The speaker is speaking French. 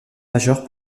majeure